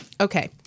Okay